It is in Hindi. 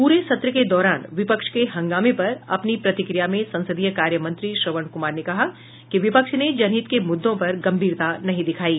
पूरे सत्र के दौरान विपक्ष के हंगामे पर अपनी प्रतिक्रिया में संसदीय कार्य मंत्री श्रवण कुमार ने कहा कि विपक्ष ने जनहित के मुद्दों पर गंभीरता नहीं दिखायी